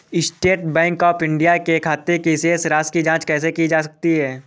State bank of India के खाते की शेष राशि की जॉंच कैसे की जा सकती है?